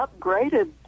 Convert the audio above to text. upgraded